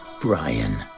Brian